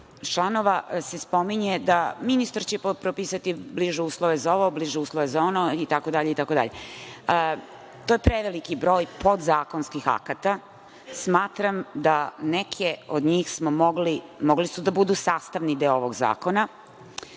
člana se spominje da će ministar propisati bliže uslove za ovo, bliže uslove za ono itd. To je preveliki broj podzakonskih akata. Smatram da su neki od njih mogli da budu sastavni deo ovog zakona,